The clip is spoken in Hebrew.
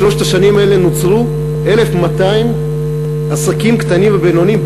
בשלוש השנים האלה נוצרו 1,200 עסקים קטנים ובינוניים,